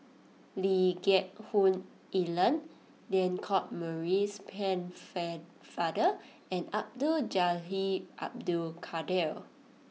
Lee Geck Hoon Ellen Lancelot Maurice Pennefather and Abdul Jalil Abdul Kadir